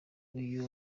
uyu